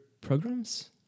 programs